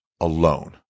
alone